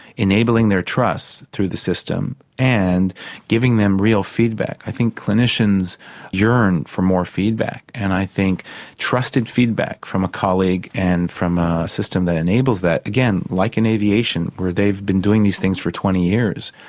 enabling their trust through the system and giving them real feedback. i think clinicians yearn for more feedback and i think trusted feedback from a colleague and from a system that enables that, again, like in aviation where they've been doing these things for twenty years,